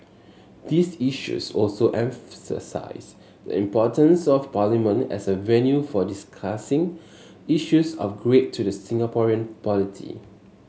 these issues also emphasise the importance of Parliament as a venue for discussing issues of great to the Singaporean polity